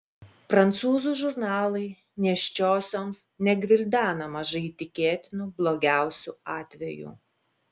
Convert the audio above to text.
prancūzų žurnalai nėščiosioms negvildena mažai tikėtinų blogiausių atvejų